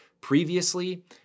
previously